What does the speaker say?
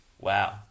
Wow